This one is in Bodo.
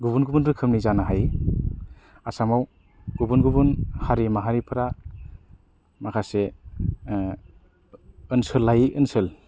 गुबुन गुबुन रोखोमनि जानो हायो आसामाव गुबुन गुबुन हारि माहारिफोरा माखासे ओनसोल लायै ओनसोल